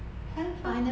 have ah